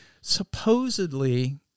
supposedly